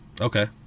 Okay